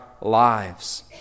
lives